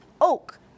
oak